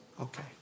Okay